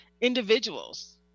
individuals